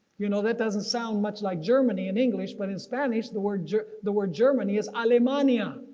you know that doesn't sound much like germany in english but in spanish the word yeah the word germany is alemania.